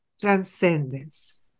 transcendence